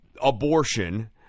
abortion